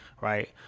right